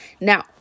Now